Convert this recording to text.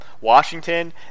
Washington